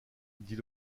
dit